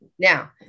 Now